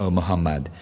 Muhammad